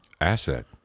Asset